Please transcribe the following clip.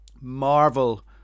marvel